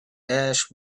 ash